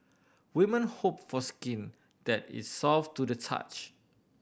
women hope for skin that is soft to the touch